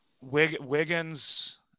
Wiggins